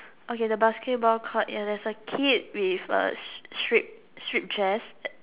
okay the basketball court ya there's a kid with a strip strip dress